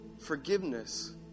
Forgiveness